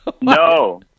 No